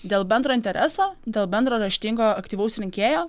dėl bendro intereso dėl bendro raštingo aktyvaus rinkėjo